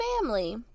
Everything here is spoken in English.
family